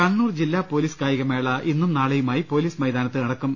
കണ്ണൂർ ജില്ലാ പോലീസ് കായികമേള ഇന്നും നാളെയുമായി പോലീസ് മൈതാനത്ത് നടക്കും